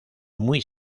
muy